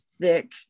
thick